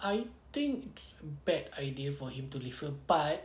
I think it's bad idea for him to live apart